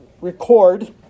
record